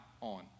on